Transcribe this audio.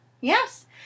Yes